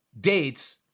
dates